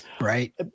right